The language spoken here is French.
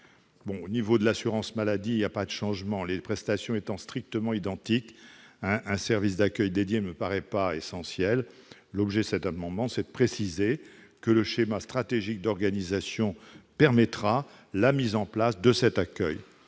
Au niveau de l'assurance maladie, il n'y a pas de changement, les prestations étant strictement identiques ; un service d'accueil dédié ne me paraît pas essentiel. L'objet de cet amendement est de préciser que le schéma stratégique d'organisation permettra la mise en place de cet accueil